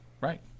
Right